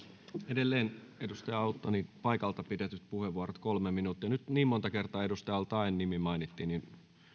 edelleen edustaja autto paikalta pidetyt puheenvuorot kolme minuuttia nyt mainittiin niin monta kertaa edustaja al taeen nimi että